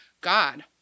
God